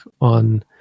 on